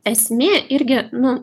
esmė irgi nu